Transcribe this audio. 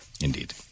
Indeed